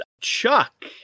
chuck